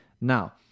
Now